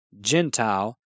Gentile